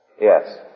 Yes